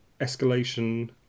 escalation